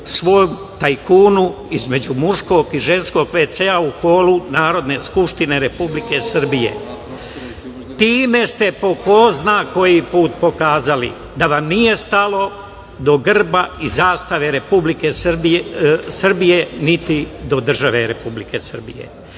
svom tajkunu između muškog i ženskog VC u Holu Narodne skupštine Republike Srbije. Time ste po ko zna koji put pokazali da vam nije stalo do grba i zastave Republike Srbije, niti do države Republike Srbije. Vi